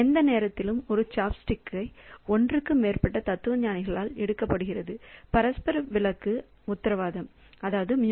எந்த நேரத்திலும் ஒரு சாப்ஸ்டிக் ஒன்றுக்கு மேற்பட்ட தத்துவஞானிகளால் எடுக்கப்படுகிறது பரஸ்பர விலக்கு உத்தரவாதம்